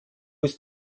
ist